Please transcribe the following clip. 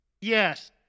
Yes